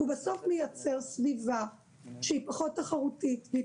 הוא בסוף מייצר סביבה שהיא פחות תחרותית והיא